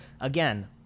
again